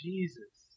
Jesus